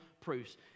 proofs